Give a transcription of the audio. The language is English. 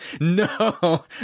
no